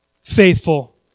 faithful